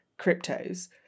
cryptos